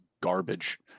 garbage